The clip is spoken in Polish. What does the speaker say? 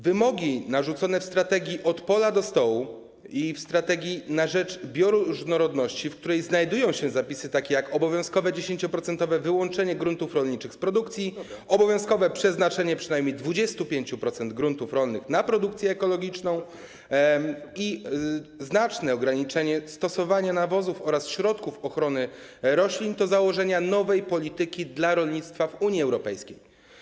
Wymogi narzucone w strategii „Od pola do stołu” i w strategii na rzecz bioróżnorodności, w której znajdują się zapisy takie jak obowiązkowe 10-procentowe wyłączenie gruntów rolniczych z produkcji, obowiązkowe przeznaczenie przynajmniej 25% gruntów rolnych na produkcję ekologiczną i znaczne ograniczenie stosowania nawozów oraz środków ochrony roślin, to założenia nowej polityki dla rolnictwa w Unii Europejskiej.